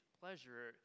pleasure